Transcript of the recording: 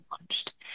launched